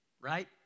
right